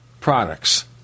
products